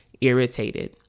irritated